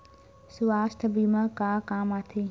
सुवास्थ बीमा का काम आ थे?